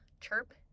chirp